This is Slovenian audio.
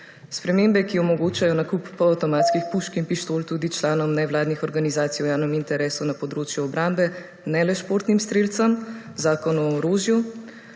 Spremembe, ki omogočajo nakup polavtomatskih pušk in pištol tudi članom nevladnih organizacij v javnem interesu na področju obrambe ne le športnim strelcem, Zakon o orožju.